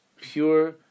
pure